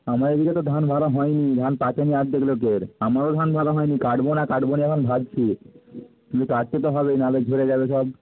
আমাদের এদিকে তো ধান ভালো হয়নি ধান পাকেনি অর্ধেক লোকের আমারও ধান ভালো হয়নি কাটব না কাটব না এখন ভাবছি কিন্তু কাটতে তো হবেই না হলে ঝরে যাবে সব